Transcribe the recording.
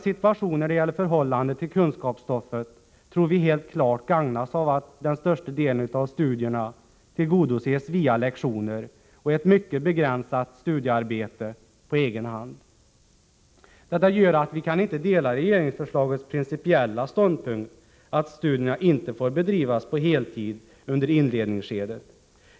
Vuxenelevernas förhållande till kunskapsstoffet tror vi helt klart gagnas av att den största delen av studierna tillgodoses via lektioner och ett mycket begränsat studiearbete på egen hand. Detta gör att vi inte kan dela regeringsförslagets principiella ståndpunkt att studierna inte får bedrivas på heltid under inledningsskedet.